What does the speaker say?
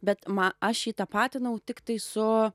bet ma aš jį tapatinau tiktai su